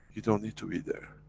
you don't need to be there.